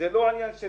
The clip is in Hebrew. זה לא עניין של